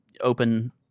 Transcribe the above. open